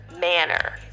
manner